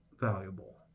valuable